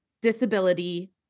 disability